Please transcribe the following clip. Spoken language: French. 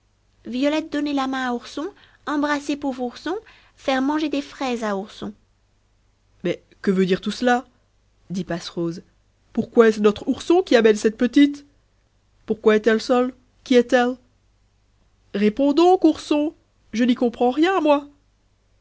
violette donner la main à ourson embrasser pauvre ourson faire manger des fraises à ourson mais que veut dire tout cela dit passerose pourquoi est-ce notre ourson qui amène cette petite pourquoi est-elle seule qui est-elle réponds donc ourson je n'y comprends rien moi